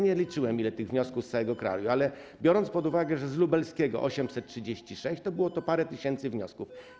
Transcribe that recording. Nie liczyłem, ile tych wniosków z całego kraju jest, ale biorąc pod uwagę, że z lubelskiego jest 836, to było to parę tysięcy wniosków.